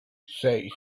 seis